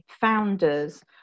founders